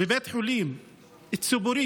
בבית חולים ציבורי,